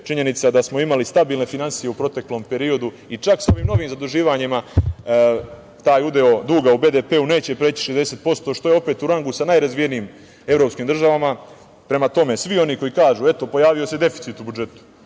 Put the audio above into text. činjenica da smo imali stabilne finansije u proteklom periodu. Čak sa ovim novim zaduživanjima taj udeo duga u BDP-u neće preći 60%, što je opet u rangu sa najrazvijenijim evropskim državama. Prema tome, svi oni koji kažu – eto, pojavio se deficit u budžetu,